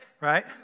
Right